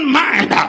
mind